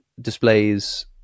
displays